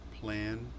plan